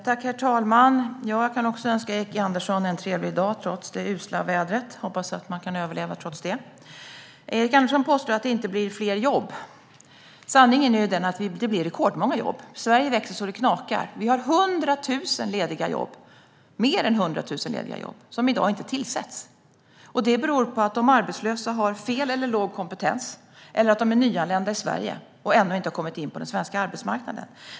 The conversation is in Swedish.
Herr talman! Jag kan önska Erik Andersson en trevlig dag trots det usla vädret. Man får hoppas att man kan överleva trots det. Erik Andersson påstår att det inte blir fler jobb. Sanningen är att det blir rekordmånga jobb. Sverige växer så det knakar. Vi har fler än 100 000 lediga jobb som i dag inte tillsätts. Det beror på att de arbetslösa har fel eller låg kompetens eller att de är nyanlända i Sverige och ännu inte har kommit in på den svenska arbetsmarknaden.